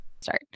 start